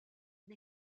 dai